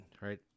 right